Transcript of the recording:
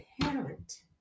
parent